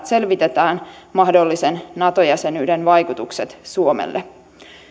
selvitetään mahdollisen nato jäsenyyden vaikutukset suomelle